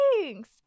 thanks